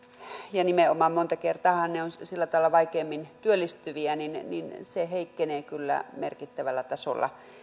ja nimenomaan monta kertaa he ovat sillä tavalla vaikeimmin työllistyviä heikkenee kyllä merkittävällä tasolla